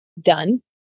done